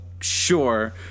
sure